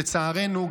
לצערנו,